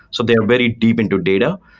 so they are very deep into data.